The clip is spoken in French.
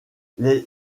les